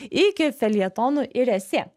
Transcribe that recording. iki feljetonų ir esė